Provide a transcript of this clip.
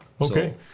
Okay